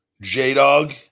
J-Dog